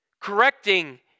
Correcting